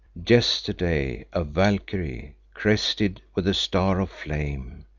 yesterday a valkyrie crested with the star of flame,